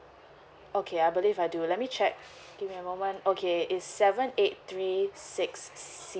okay I believe I do let me check give me a moment okay it's seven eight three six